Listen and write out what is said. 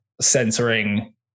censoring